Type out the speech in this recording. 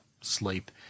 sleep